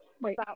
Wait